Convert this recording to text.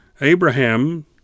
Abraham